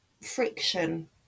Friction